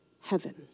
heaven